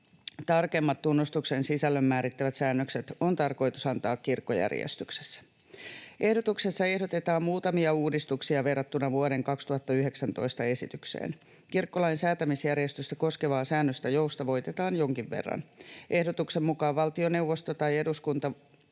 tarkemmat tunnustuksen sisällön määrittävät säännökset on tarkoitus antaa kirkkojärjestyksessä. Ehdotuksessa ehdotetaan muutamia uudistuksia verrattuna vuoden 2019 esitykseen. Kirkkolain säätämisjärjestystä koskevaa säännöstä joustavoitetaan jonkin verran. Ehdotuksen mukaan valtioneuvosto tai eduskunta